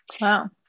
Wow